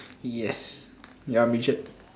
yes you are midget